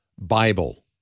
Bible